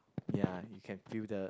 ya you can feel the